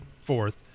fourth